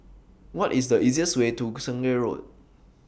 What IS The easiest Way to Sungei Road